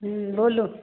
ह्म्म बोलू